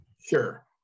Sure